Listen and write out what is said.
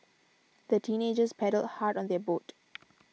the teenagers paddled hard on their boat